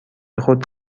خود